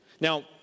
Now